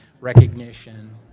recognition